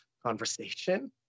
conversation